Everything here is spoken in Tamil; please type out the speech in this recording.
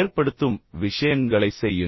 ஏற்படுத்தும் விஷயங்களைச் செய்யுங்கள்